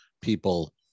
people